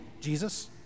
Jesus